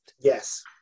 yes